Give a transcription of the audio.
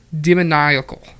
demoniacal